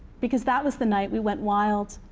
because that was the night we went wild.